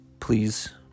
Please